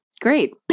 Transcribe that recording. great